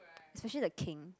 especially the king